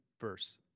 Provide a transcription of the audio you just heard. verse